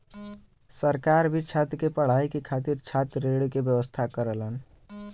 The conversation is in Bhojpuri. सरकार भी छात्र के पढ़ाई के खातिर छात्र ऋण के व्यवस्था करलन